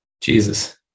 Jesus